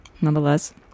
nonetheless